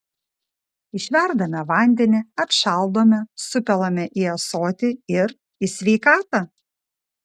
išverdame vandenį atšaldome supilame į ąsotį ir į sveikatą